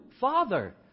Father